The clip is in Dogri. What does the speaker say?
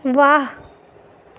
वाह्